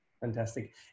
Fantastic